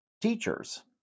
teachers